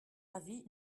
avis